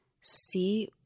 see